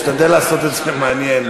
משתדל לעשות את זה מעניין.